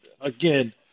again